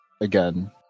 again